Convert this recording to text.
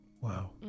Wow